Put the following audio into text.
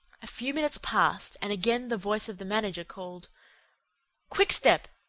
a few minutes passed and again the voice of the manager called quickstep!